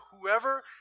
whoever